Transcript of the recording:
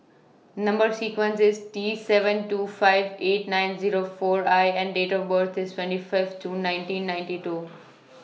Number sequence IS T seven two five eight nine Zero four I and Date of birth IS twenty Fifth June nineteen ninety two